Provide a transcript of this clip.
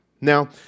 Now